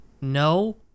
no